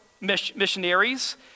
missionaries